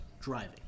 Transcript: driving